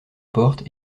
porte